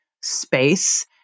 space